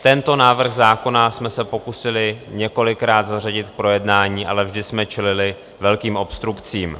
Tento návrh zákona jsme se pokusili několikrát zařadit k projednání, ale vždy jsme čelili velkým obstrukcím.